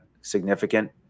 significant